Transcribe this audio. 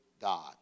God